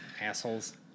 Assholes